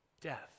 Death